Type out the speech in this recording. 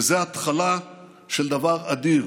וזו ההתחלה של דבר אדיר,